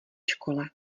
škole